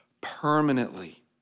permanently